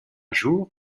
jour